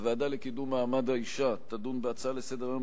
הוועדה לקידום מעמד האשה תדון בהצעות לסדר-היום